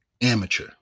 amateur